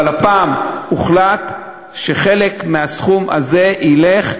אבל הפעם הוחלט שחלק מהסכום הזה ילך,